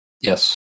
Yes